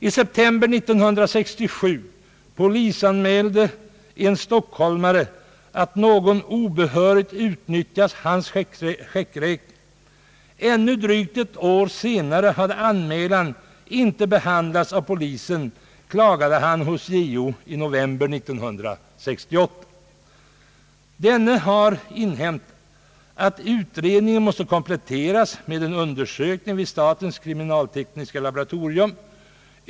I september 1967 polisanmälde en stockholmare att någon obehörigt utnyttjat hans checkräkning. Ännu drygt ett år senare hade anmälan inte behandlats av polisen, klagade han hos JO i november 1968. Denne har inhämtat att utredningen måste kompletteras med en undersökning vid statens kriminaltekniska laboratorium.